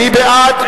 מי בעד?